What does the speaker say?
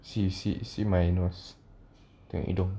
see see see my nose tengok hidung